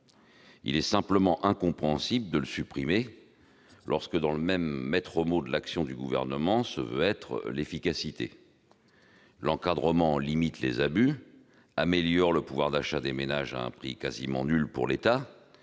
Il est simplement incompréhensible de le supprimer lorsque le maître mot de l'action du Gouvernement se veut être l'efficacité. L'encadrement limite les abus, améliore le pouvoir d'achat des ménages à un prix quasiment nul pour l'État